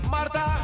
Marta